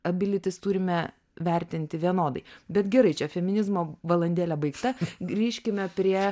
abi lytis turime vertinti vienodai bet gerai čia feminizmo valandėlė baigta grįžkime prie